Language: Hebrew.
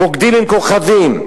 "רוקדים עם כוכבים",